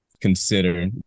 consider